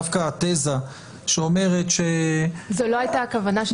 דווקא התזה שאומרת --- זו לא הייתה הכוונה שלנו.